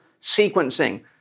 sequencing